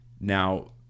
Now